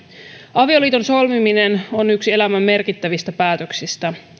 avioliiton solmiminen on yksi elämän merkittävistä päätöksistä